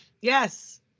yes